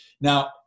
Now